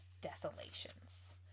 desolations